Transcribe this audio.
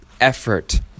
effort